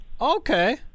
Okay